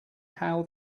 how